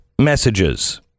messages